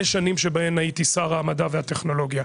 השנים שבהן הייתי שר המדע והטכנולוגיה,